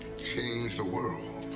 change the world.